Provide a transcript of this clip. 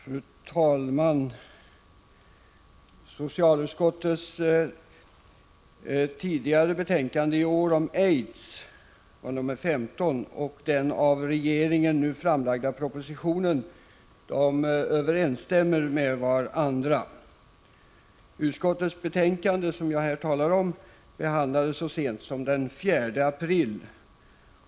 Fru talman! Socialutskottets tidigare betänkande i år om aids, betänkande nr 15, och den av regeringen nu framlagda propositionen överensstämmer med varandra. Utskottets betänkande nr 15 behandlades i kammaren så sent som den 4 april.